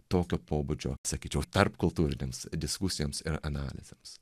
tokio pobūdžio sakyčiau tarpkultūrinėms diskusijoms ir analizėms